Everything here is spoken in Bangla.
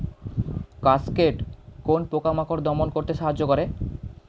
কাসকেড কোন পোকা মাকড় দমন করতে সাহায্য করে?